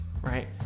right